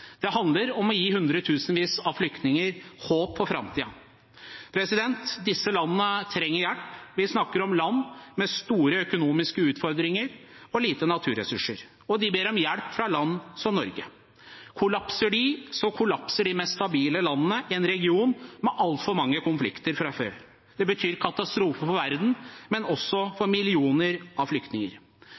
Det handler om å gi hundretusenvis av flyktninger håp for framtiden. Disse landene trenger hjelp. Vi snakker om land med store økonomiske utfordringer og lite naturressurser, og de ber om hjelp fra land som Norge. Kollapser de, kollapser de mest stabile landene i en region med altfor mange konflikter fra før. Det betyr katastrofe for verden og også for millioner av flyktninger.